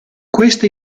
questa